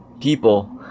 people